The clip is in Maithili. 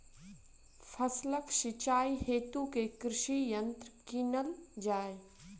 फसलक सिंचाई हेतु केँ कृषि यंत्र कीनल जाए?